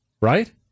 Right